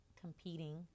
competing